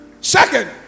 Second